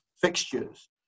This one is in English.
fixtures